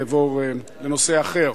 אעבור לנושא אחר.